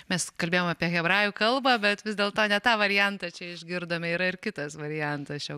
mes kalbėjom apie hebrajų kalbą bet vis dėlto ne tą variantą čia išgirdome yra ir kitas variantas šio